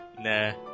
Nah